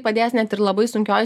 padės net ir labai sunkioj